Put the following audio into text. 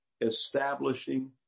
establishing